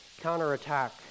counterattack